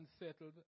unsettled